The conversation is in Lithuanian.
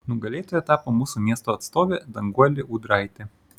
nugalėtoja tapo mūsų miesto atstovė danguolė ūdraitė